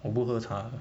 我不喝茶